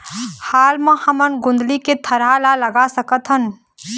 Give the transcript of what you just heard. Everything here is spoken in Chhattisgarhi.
हाल मा हमन गोंदली के थरहा लगा सकतहन?